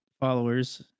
followers